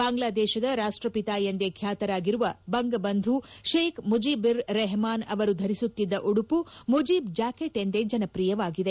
ಬಾಂಗ್ಲಾದೇಶದ ರಾಷ್ಷಪಿತಾ ಎಂದೇ ಬ್ಲಾತರಾಗಿರುವ ಬಂಗಬಂಧು ಶೇಖ್ ಮುಜೀಬಿರ್ ರೆಹಮಾನ್ ಅವರು ಧರಿಸುತ್ತಿದ್ದ ಉಡುಪು ಮುಜೀಬ್ ಜಾಕೇಟ್ ಎಂದೇ ಜನಪ್ರಿಯವಾಗಿದೆ